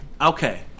Okay